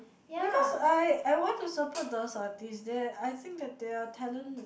because I I want to support those artists that I think that they are talent